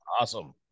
Awesome